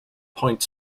point